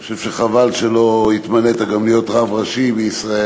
אני חושב שחבל שלא התמנית גם להיות רב ראשי בישראל,